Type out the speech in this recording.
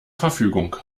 verfügung